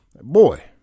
Boy